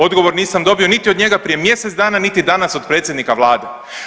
Odgovor nisam dobio niti od njega prije mjesec dana, niti danas od predsjednika Vlade.